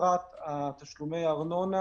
בפרט תשלומי הארנונה,